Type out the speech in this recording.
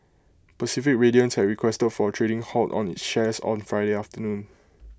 Pacific Radiance had requested for A trading halt on its shares on Friday afternoon